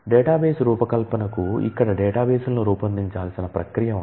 database రూపకల్పనకు ఇక్కడ డేటాబేస్లను రూపొందించాల్సిన ప్రక్రియ ఇది